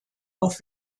auf